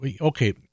Okay